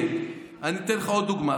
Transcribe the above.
אני אתן לך עוד דוגמה.